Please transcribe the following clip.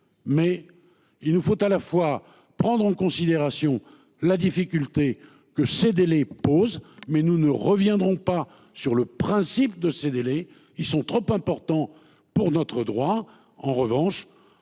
Mais il nous faut prendre en considération la difficulté que les délais posent. Même si nous ne reviendrons pas sur le principe, ces délais étant trop importants pour notre droit, nous nous